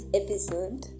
episode